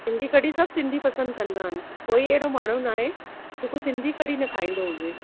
सिंधी कढ़ी सभु सिंधी पसंदि कंदा आहिनि कोई अहिड़ो माण्हू न आहे जेको सिंधी कढ़ी न खाईंदो हुजे